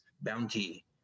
bounty